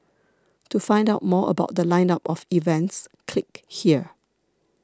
to find out more about The Line up of events click here